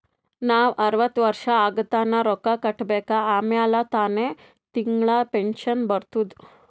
ನಾವ್ ಅರ್ವತ್ ವರ್ಷ ಆಗತನಾ ರೊಕ್ಕಾ ಕಟ್ಬೇಕ ಆಮ್ಯಾಲ ತಾನೆ ತಿಂಗಳಾ ಪೆನ್ಶನ್ ಬರ್ತುದ್